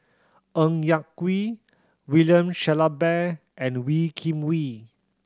Ng Yak Whee William Shellabear and Wee Kim Wee